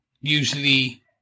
usually